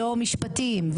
לא משפטיים,